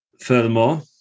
Furthermore